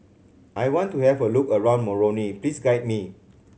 I want to have a look around Moroni please guide me